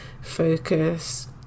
focus